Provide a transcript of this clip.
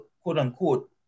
quote-unquote